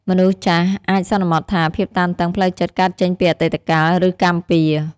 មនុស្សចាស់អាចសន្មតថាភាពតានតឹងផ្លូវចិត្តកើតចេញពីអតីតកាល ឬកម្មពៀរ។